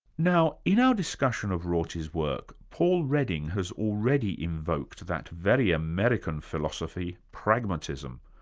now in our discussion of rorty's work, paul redding has already invoked that very american philosophy, pragmatism,